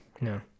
No